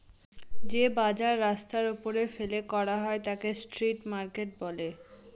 যে বাজার রাস্তার ওপরে ফেলে করা হয় তাকে স্ট্রিট মার্কেট বলে